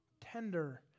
tender